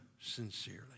sincerely